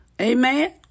Amen